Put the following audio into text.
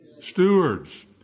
stewards